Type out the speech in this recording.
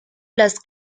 las